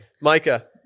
Micah